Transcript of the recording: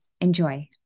Enjoy